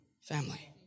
family